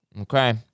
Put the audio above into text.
Okay